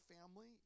family